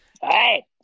Hey